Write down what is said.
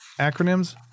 acronyms